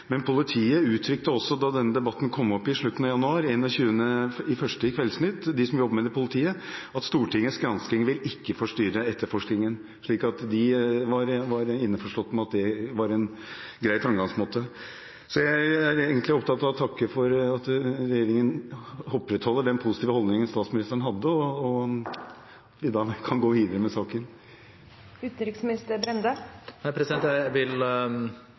januar i Kveldsnytt – uttrykte de som jobber med det i politiet, at Stortingets granskning ikke vil forstyrre etterforskningen, så de var innforstått med at det var en grei framgangsmåte. Jeg er egentlig opptatt av å takke for at regjeringen opprettholder den positive holdningen statsministeren hadde, og for at vi kan gå videre med saken. Jeg registrerer det som representanten Bøhler slo fast, at hvis man skulle falle ned på dette med en gransking også i Stortinget, vil